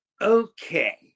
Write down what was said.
Okay